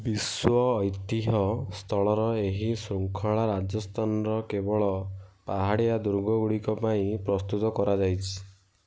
ବିଶ୍ୱ ଐତିହ୍ୟ ସ୍ଥଳର ଏହି ଶୃଙ୍ଖଳା ରାଜସ୍ଥାନର କେବଳ ପାହାଡ଼ିଆ ଦୁର୍ଗଗୁଡ଼ିକ ପାଇଁ ପ୍ରସ୍ତୁତ କରାଯାଇଛି